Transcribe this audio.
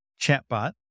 Chatbot